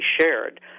shared